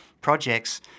projects